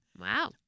Wow